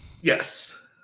yes